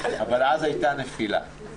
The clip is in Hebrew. אבל אז הייתה נפילה.